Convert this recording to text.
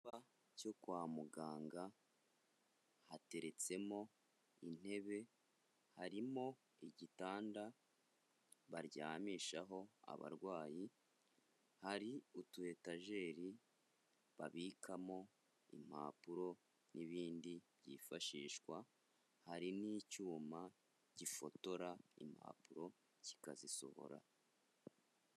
Cyo kwa muganga hateretsemo intebe harimo igitanda baryamishaho abarwayi, hari utu etageri babikamo impapuro n'ibindi byifashishwa, hari n'icyuma gifotora impapuro kikazisohora.